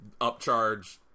upcharge